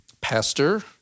Pastor